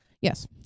Yes